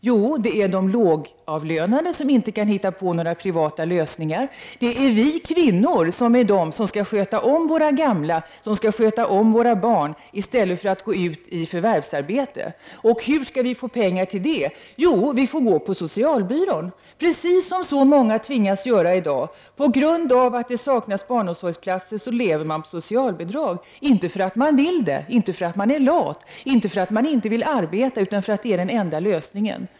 Jo, det är de lågavlönade som inte kan finna några privata lösningar. Och det blir vi kvinnor som får sköta om våra gamla och våra barn i stället för att gå ut i förvärvsarbete. Och hur skall vi få pengar till det? Jo, vi får gå på socialbyrån, precis som så många tvingas göra i dag. På grund av att det saknas barnomsorgsplatser lever många på socialbidrag, inte därför att de vill det, inte därför att de är lata och inte heller därför att de inte vill arbeta utan därför att det är den enda lösningen.